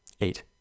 eight